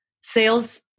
sales